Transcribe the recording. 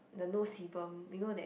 the nose sebum you know that